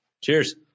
Cheers